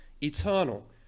eternal